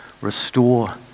restore